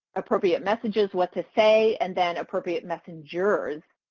appropriate messages, what to say, and then appropriate messengers